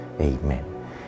Amen